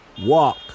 walk